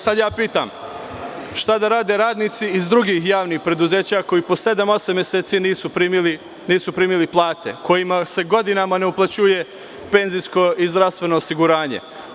Sada pitam – šta da rade radnici iz drugih javnih preduzeća koji po sedam, osam meseci nisu primili plate, kojima se godinama ne uplaćuje penzijsko i zdravstveno osiguranje?